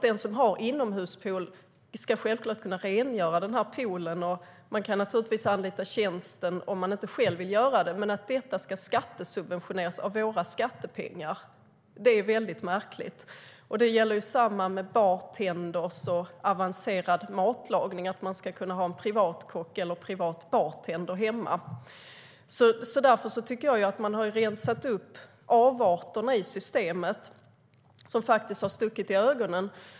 Den som har inomhuspool ska självklart kunna rengöra den. Man kan naturligtvis anlita någon som utför tjänsten om man inte själv vill göra det, men att detta ska subventionernas med våra skattepengar är väldigt märkligt. Detsamma gäller för bartendrar och avancerad matlagning, att man ska kunna ha en privat kock eller en privat bartender hemma. Därför tycker jag att man har rensat systemet på de avarter som har stuckit i ögonen.